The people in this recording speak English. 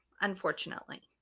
Unfortunately